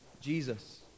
Jesus